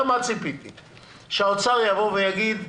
ויגיד,